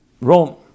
Rome